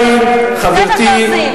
זה מה שעושים.